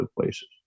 places